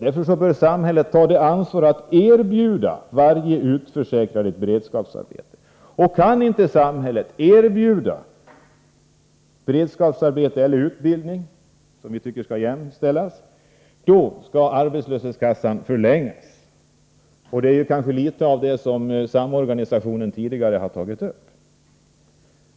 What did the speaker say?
Därför bör samhället ta ansvar för att erbjuda varje utförsäkrad ett beredskapsarbete. Om samhället inte kan erbjuda beredskapsarbete eller utbildning — som vi tycker skall jämställas — skall tiden för arbetslöshetsersättning förlängas. Detta är kanske litet av det som samorganisationen tidigare har tagit upp.